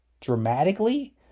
dramatically